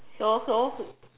so so